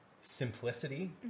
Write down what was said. simplicity